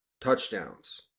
Touchdowns